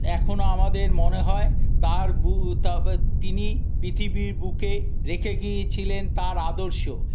এখন আমাদের মনে হয় তার তিনি পৃথিবীর বুকে রেখে গিয়েছিলেন তার আদর্শ